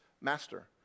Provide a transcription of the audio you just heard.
master